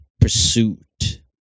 pursuit